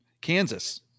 Kansas